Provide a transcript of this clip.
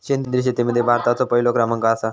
सेंद्रिय शेतीमध्ये भारताचो पहिलो क्रमांक आसा